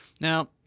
Now